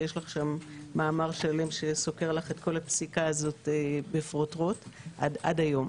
ויש לך שם מאמר שלם שסוקר את הפסיקה הזאת בפרוטרוט עד היום.